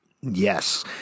Yes